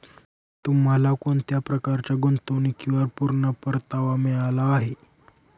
तुम्हाला कोणत्या प्रकारच्या गुंतवणुकीवर पूर्ण परतावा मिळाला आहे